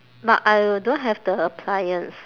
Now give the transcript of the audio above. but I don't have the appliance